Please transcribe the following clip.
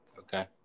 Okay